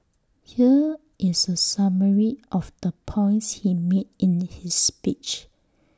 here is A summary of the points he made in his speech